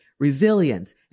resilience